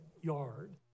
yard